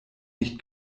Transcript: nicht